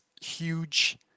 huge